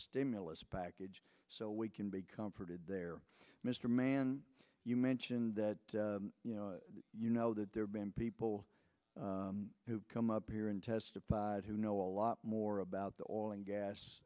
stimulus package so we can be comforted there mr mann you mentioned that you know that there have been people who come up here and testified who know a lot more about the oil and gas